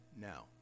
now